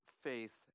faith